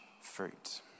fruit